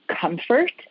comfort